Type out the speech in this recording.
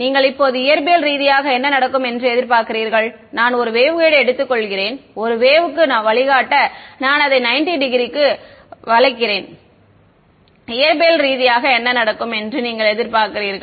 நீங்கள் இப்போது இயற்பியல் ரீதியாக என்ன நடக்கும் என்று எதிர்பார்க்கிறீர்கள் நான் ஒரு வேவ்கைடு யை எடுத்துக்கொள்கிறேன் ஒரு வேவ்க்கு வழிகாட்ட நான் அதை 90 டிகிரக்கு வளைக்கிறேன் இயற்பியல் ரீதியாக என்ன நடக்கும் என்று நீங்கள் எதிர்பார்க்கிறீர்கள்